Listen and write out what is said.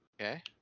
okay